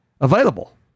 available